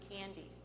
candy